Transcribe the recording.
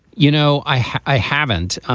you know? i haven't,